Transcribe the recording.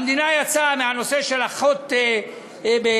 המדינה יצאה מהנושא של אחיות בבתי-הספר,